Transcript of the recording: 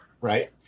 right